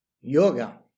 yoga